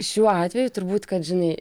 šiuo atveju turbūt kad žinai